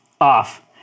off